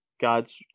God's